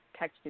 texted